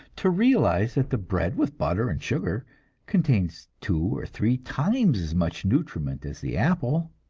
to realize that the bread with butter and sugar contains two or three times as much nutriment as the apple,